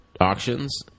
auctions